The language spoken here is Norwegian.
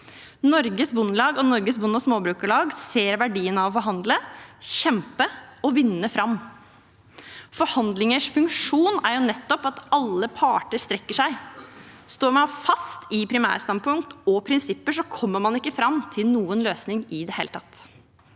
Norges Bondelag og Norsk Bonde- og Småbrukarlag ser verdien av å forhandle, kjempe og vinne fram. Forhandlingers funksjon er jo nettopp at alle parter strekker seg. Står man fast i primærstandpunkt og prinsipper, kommer man ikke fram til noen løsning i det hele tatt.